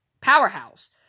powerhouse